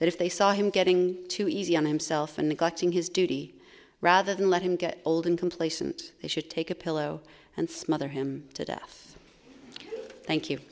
that if they saw him getting too easy on himself and neglecting his duty rather than let him get old and complacent they should take a pillow and smother him to death thank you